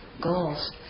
goals